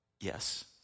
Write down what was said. Yes